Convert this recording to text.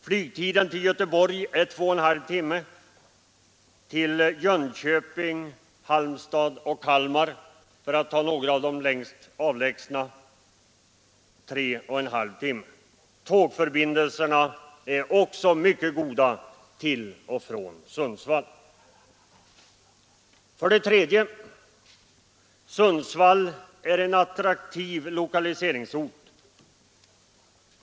Flygtiden till Göteborg är 2,5 timmar, till Jönköping, Halmstad och Kalmar — för att ta några av de mest avlägsna orterna — 3,5 timmar. Tågförbindelserna är också mycket goda till och från Sundsvall. 3. Sundsvall är en attraktiv lokaliseringsort.